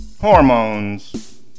hormones